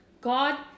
God